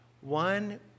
One